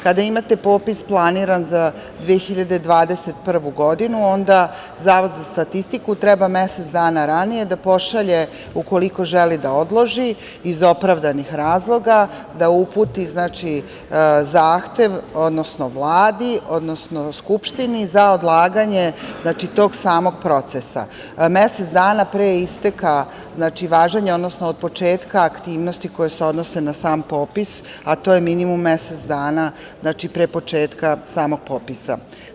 Kada imate popis planiran za 2021. godinu, onda Zavod za statistiku treba mesec dana ranije da pošalje ukoliko želi da odloži iz opravdanih razloga, da uputi zahtev Vladi, odnosno Skupštini za odlaganje tog samog procesa mesec dana pre isteka važenja, odnosno od početka aktivnosti koje se odnose na sam popis, a to je minimum mesec dana pre početka samog popisa.